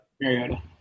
Mariota